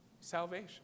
Salvation